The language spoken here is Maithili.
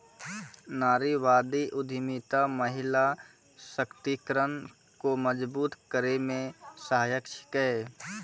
नारीवादी उद्यमिता महिला सशक्तिकरण को मजबूत करै मे सहायक छिकै